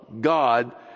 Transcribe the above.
God